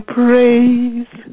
praise